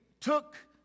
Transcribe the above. took